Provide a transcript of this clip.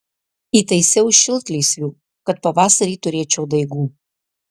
įtaisiau šiltlysvių kad pavasarį turėčiau daigų